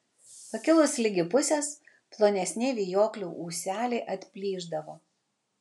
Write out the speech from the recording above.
pakilus ligi pusės plonesni vijoklių ūseliai atplyšdavo